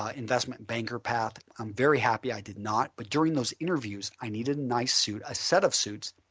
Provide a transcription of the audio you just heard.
ah investment banker path, i'm very happy i did not, but during those interviews i needed nice suit, a set of suits.